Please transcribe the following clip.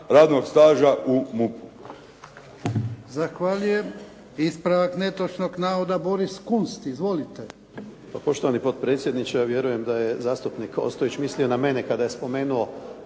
radnog staža u MUP-u.